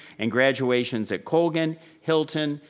and graduations at cogan, hilton,